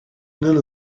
none